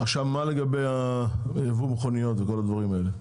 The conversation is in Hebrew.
מה לגבי יבוא המכוניות וכל הדברים האלה?